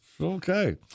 Okay